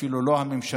אפילו לא הממשלה,